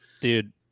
dude